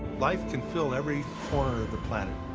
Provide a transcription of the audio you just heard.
life can fill every corner of the planet.